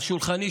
על שולחני,